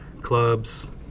clubs